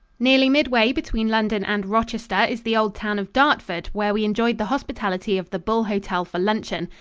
nearly midway between london and rochester is the old town of dartford, where we enjoyed the hospitality of the bull hotel for luncheon.